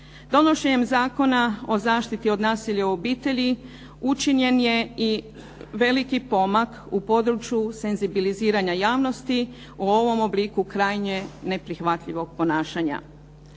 Donošenjem Zakona o zaštiti od nasilja u obitelji učinjen je i veliki pomak u području senzibiliziranja javnosti u ovom obliku krajnje neprihvatljivog ponašanja.